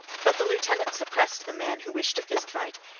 but the lieutenant suppressed the man who wished to fist fight,